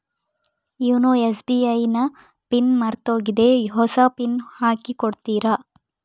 YONO SBI ನ pin ಮರ್ತೋಗಿದೆ ಹೊಸ ಪಿನ್ ಹಾಕಿ ಕೊಡ್ತೀರಾ?